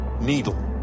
needle